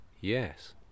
yes